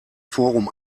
forum